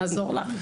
נעזור לך.